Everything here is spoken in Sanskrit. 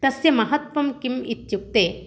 तस्य महत्वं किम् इत्युक्ते